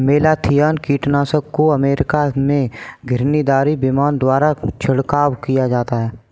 malathion कीटनाशक को America में घिरनीदार विमान द्वारा छिड़काव किया जाता है